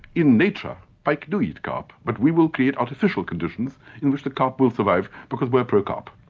in nature, pike do eat carp, but we will create artificial conditions in which the carp will survive, because we're pro-carp.